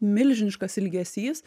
milžiniškas ilgesys